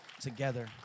together